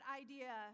idea